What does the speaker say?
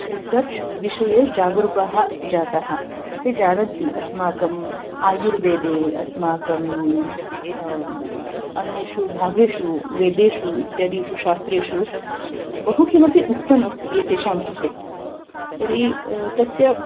research विषये जागरूकाः जातः ते जानन्ति अस्माकम् आयुर्वेदे अस्माकं अन्येषु भागेषु वेदेषु इत्यादिषु शास्त्रेषु बहु किमपि उक्तमस्ति एतेषां कृते तर्हि तस्य